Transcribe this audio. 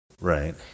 right